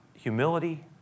humility